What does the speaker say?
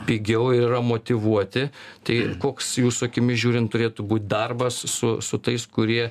pigiau ir yra motyvuoti tai koks jūsų akimis žiūrint turėtų būt darbas su su tais kurie